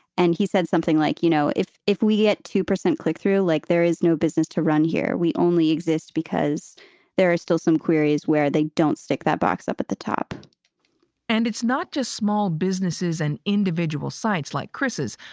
and he said something like, you know, if if we get two percent click through, like there is no business to run here. we only exist because there are still some queries where they don't stick that box up at the top and it's not just small businesses and individual sites like kris's.